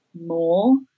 more